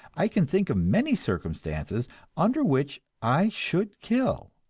i can think of many circumstances under which i should kill.